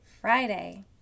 Friday